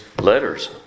letters